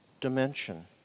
dimension